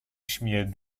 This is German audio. schmier